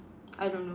I don't know